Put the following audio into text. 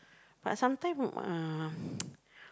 but sometime uh